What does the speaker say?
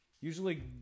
Usually